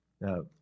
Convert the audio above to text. Now